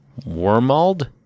Wormald